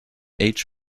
age